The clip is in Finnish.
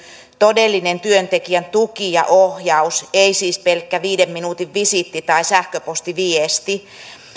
todellinen työntekijän tuki ja ohjaus ei siis pelkkä viiden minuutin visiitti tai sähköpostiviesti